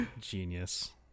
genius